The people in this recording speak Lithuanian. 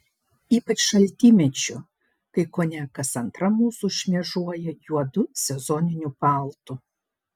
ypač šaltymečiu kai kone kas antra mūsų šmėžuoja juodu sezoniniu paltu